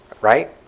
Right